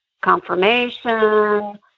confirmation